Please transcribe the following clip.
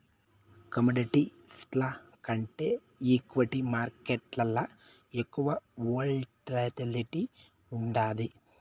కమోడిటీస్ల కంటే ఈక్విటీ మార్కేట్లల ఎక్కువ వోల్టాలిటీ ఉండాది